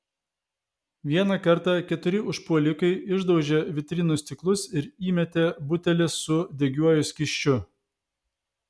vieną kartą keturi užpuolikai išdaužė vitrinų stiklus ir įmetė butelį su degiuoju skysčiu